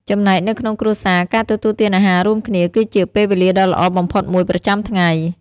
ចំណែកនៅក្នុងគ្រួសារ ការទទួលទានអាហាររួមគ្នា គឺជា ពេលវេលាដ៏ល្អបំផុតមួយ ប្រចាំថ្ងៃ។